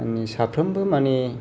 माने साफ्रोमबो माने